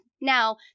now